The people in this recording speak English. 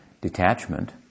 detachment